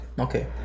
okay